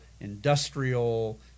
industrial